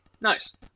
Nice